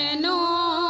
ah know